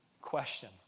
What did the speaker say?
question